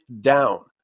down